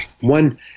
one